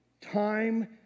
time